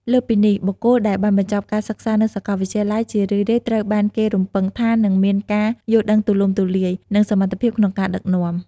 លើសពីនេះ បុគ្គលដែលបានបញ្ចប់ការសិក្សានៅសាកលវិទ្យាល័យ ជារឿយៗត្រូវបានគេរំពឹងថានឹងមានការយល់ដឹងទូលំទូលាយ និងសមត្ថភាពក្នុងការដឹកនាំ។